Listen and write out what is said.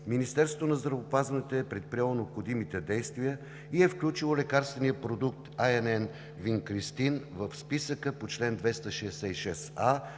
Министерството на здравеопазването е предприело необходимите действия и е включило лекарствения продукт „INN-винкристин“ в списъка по чл. 266а,